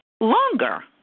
longer